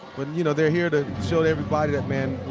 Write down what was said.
you know they're here to show to everybody that, man,